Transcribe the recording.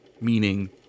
meaning